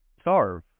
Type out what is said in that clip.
starve